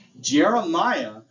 Jeremiah